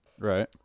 Right